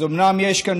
אז אומנם יש כאן